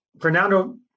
fernando